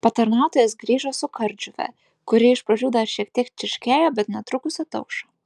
patarnautojas grįžo su kardžuve kuri iš pradžių dar šiek tiek čirškėjo bet netrukus ataušo